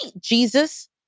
Jesus